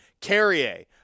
Carrier